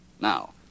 Now